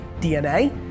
DNA